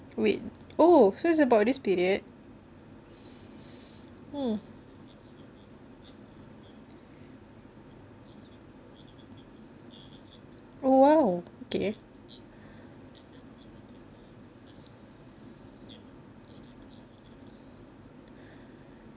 wait oh so it's about this period hmm oh oh okay